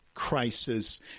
crisis